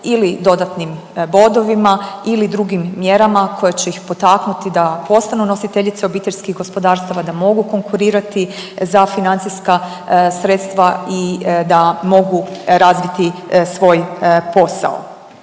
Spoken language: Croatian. ili dodatnim bodovima ili drugim mjerama koje će ih potaknuti da postanu nositeljice obiteljskih gospodarstava, da mogu konkurirati za financijska sredstva i da mogu razviti svoj posao.